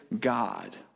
God